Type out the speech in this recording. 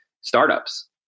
startups